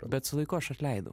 bet su laiku aš atleidau